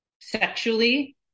sexually